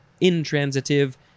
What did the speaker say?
intransitive